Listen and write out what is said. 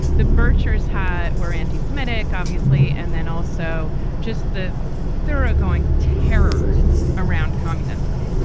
the birchers had were anti semitic, obviously, and then also just the thoroughgoing terror around communism.